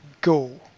go